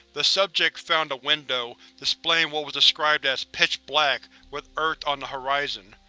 the subject found a window, displaying what was described as pitch black, with earth on the horizon.